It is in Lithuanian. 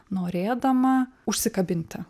norėdama užsikabinti